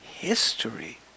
history